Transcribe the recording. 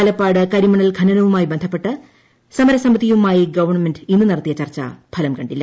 ആലപ്പാട് കരിമണൽ ഖനനവുമായി ബന്ധപ്പെട്ട് സമരസമി തിയുമായി ഗവൺമെന്റ് ഇന്ന് നടത്തിയ ചർച്ചു ഫലം കണ്ടില്ല